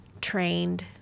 trained